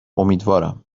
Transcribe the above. امیدوارم